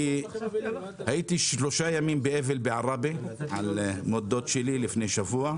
הייתי שלושה ימים באבל בעראבה על מות דוד שלי לפני שבוע.